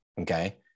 okay